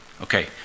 Okay